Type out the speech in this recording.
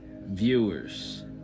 viewers